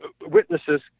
witnesses